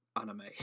anime